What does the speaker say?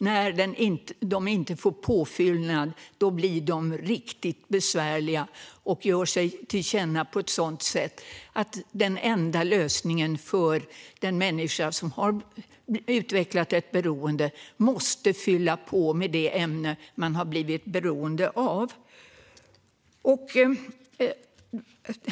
När de inte får påfyllnad blir de riktigt besvärliga och ger sig till känna på ett sådant sätt att den enda lösningen för den människa som har utvecklat ett beroende blir att fylla på med det ämne man blivit beroende av.